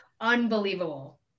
unbelievable